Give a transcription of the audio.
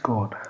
God